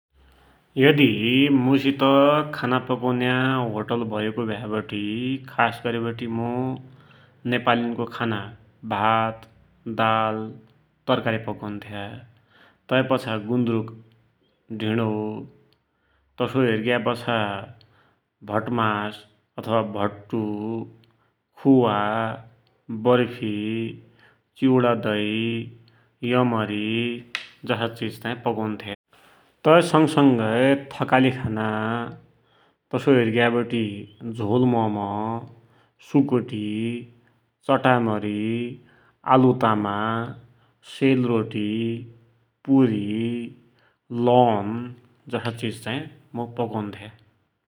यदि मुइसित खाना पकुन्या होटल भयाको भ्या बटी खासगरी मुइ नेपालीनको खाना दाल, भात, तरकारी पकुन्थ्या । तैपाछा गुन्द्रुक, ढिणो, तसोइ हेरिग्यापाछा भटमास अथवा भट्टु, खुवा, बर्फी, च्युडा दै, यमरी जसा चिज चाही पकुन्थ्या । तै संगसंगै थकाली खाना, तसोइ हेरिग्याबटी झोल मम, सुकुटी, चटामरी, आलुतामा, सेलरोटी, पुरी, लौन जसा चिज चाही मुइ पकुन्थ्या ।